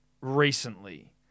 recently